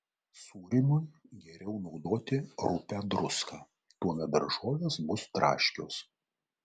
sūrymui geriau naudoti rupią druską tuomet daržovės bus traškios